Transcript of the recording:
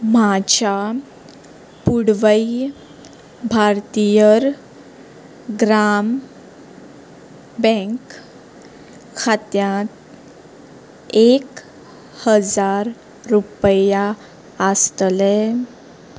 म्हज्या पुडवै भारतीयर ग्राम बँक खात्यांत एक हजार रुपया आसतले